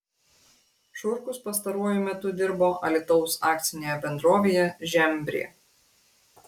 šurkus pastaruoju metu dirbo alytaus akcinėje bendrovėje žembrė